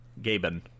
Gaben